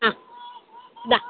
ആ ഇതാ